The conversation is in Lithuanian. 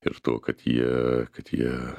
ir tuo kad jie kad jie